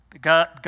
God